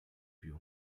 più